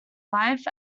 life